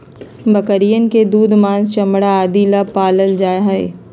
बकरियन के दूध, माँस, चमड़ा आदि ला पाल्ल जाहई